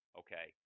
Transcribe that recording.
okay